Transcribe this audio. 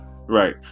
right